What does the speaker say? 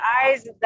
eyes